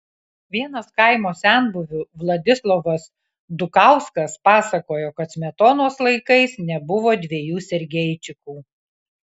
vienas kaimo senbuvių vladislovas dukauskas pasakojo kad smetonos laikais nebuvo dviejų sergeičikų